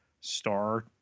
star